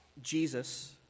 Jesus